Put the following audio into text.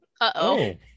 Uh-oh